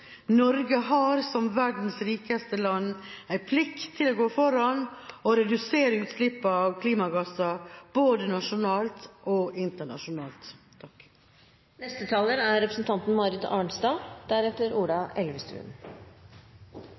Norge har som verdens rikeste land en plikt til å gå foran og redusere utslippene av klimagasser både nasjonalt og internasjonalt.